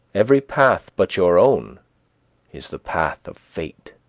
every path but your own is the path of fate.